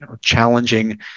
challenging